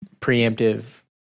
preemptive